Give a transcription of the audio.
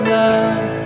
love